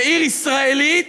בעיר ישראלית,